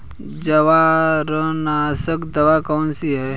जवारनाशक दवा कौन सी है?